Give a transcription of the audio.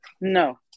No